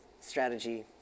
strategy